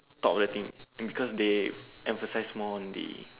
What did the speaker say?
top of that thing because they emphasized more on the